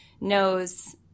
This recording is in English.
knows